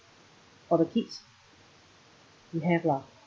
for the kids you have lah